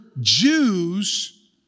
Jews